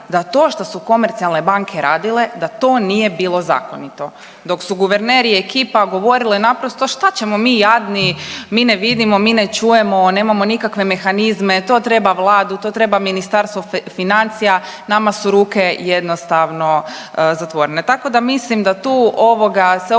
da to što su komercijalne banke radile da to nije bilo zakonito, dok su guverner i ekipa govorile naprosto šta ćemo mi jadni, mi ne vidimo, mi ne čujemo, nemamo nikakve mehanizme, to treba vladu, to treba Ministarstvo financija, nama su ruke jednostavno zatvorene, tako da mislim da tu ovoga se opet